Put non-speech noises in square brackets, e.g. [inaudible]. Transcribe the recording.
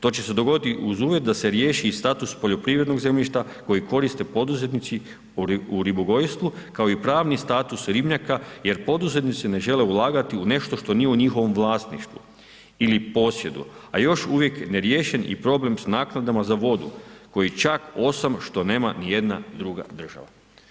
To će se dogoditi uz uvjet da se riješi i status poljoprivrednog zemljišta koji koriste poduzetnici u ribogojstvu kao i pravni status ribnjaka jer poduzetnici ne žele ulagati u nešto što nije u njihovom vlasništvu ili posjedu a još uvijek neriješen problem s naknadama i za vodu koji čak ... [unintelligible] što nema nijedna druga država.